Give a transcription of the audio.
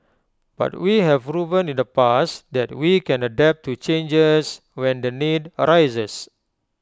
but we have proven in the past that we can adapt to changes when the need arises